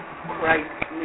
Christ